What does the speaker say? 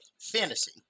Fantasy